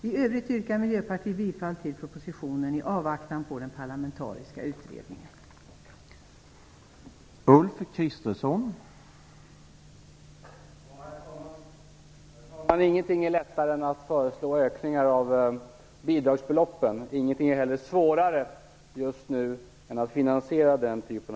I övrigt yrkar Miljöpartiet i avvaktan på den parlamentariska utredningen bifall till propositionen.